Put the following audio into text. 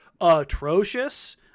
atrocious